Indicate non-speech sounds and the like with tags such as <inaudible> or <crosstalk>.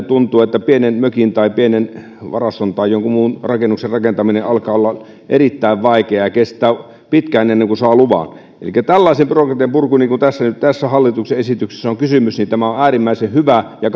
<unintelligible> tuntuu että pienen mökin tai pienen varaston tai jonkun muun rakennuksen rakentaminen alkaa olla erittäin vaikeaa ja kestää pitkään ennen kuin saa luvan elikkä tällaisen byrokratian purku mistä tässä hallituksen esityksessä on kysymys on on äärimmäisen hyvä ja <unintelligible>